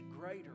greater